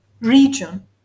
region